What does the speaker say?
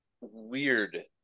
weird